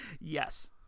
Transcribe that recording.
Yes